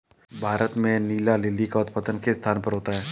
भारत में नीला लिली का उत्पादन किस स्थान पर होता है?